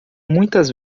muitas